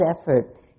effort